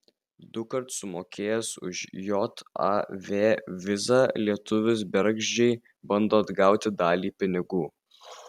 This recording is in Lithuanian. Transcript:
dukart sumokėjęs už jav vizą lietuvis bergždžiai bando atgauti dalį pinigų